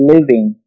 Living